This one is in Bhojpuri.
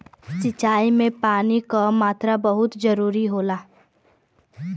सिंचाई में पानी क मात्रा बहुत जरूरी होला